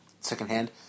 secondhand